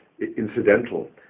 incidental